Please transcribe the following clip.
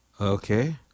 Okay